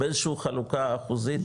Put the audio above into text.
באיזשהו חלוקה אחוזית,